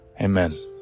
Amen